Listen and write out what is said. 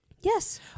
Yes